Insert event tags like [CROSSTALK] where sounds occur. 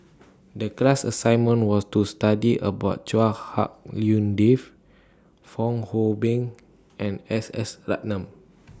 [NOISE] The class assignment was to study about Chua Hak Lien Dave Fong Hoe Beng and S S Ratnam